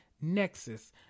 Nexus